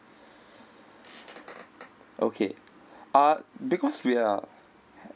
okay uh because we are